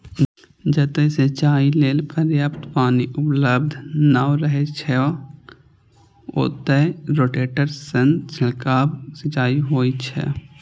जतय सिंचाइ लेल पर्याप्त पानि उपलब्ध नै रहै छै, ओतय रोटेटर सं छिड़काव सिंचाइ होइ छै